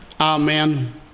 Amen